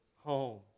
home